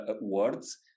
words